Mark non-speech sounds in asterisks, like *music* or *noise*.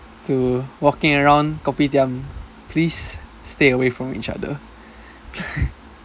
to walking around Kopitiam please stay away from each other *laughs*